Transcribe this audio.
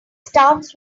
starts